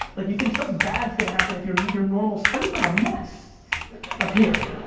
like you think something bad is gonna happen if you're you're normal. i look like a mess up here.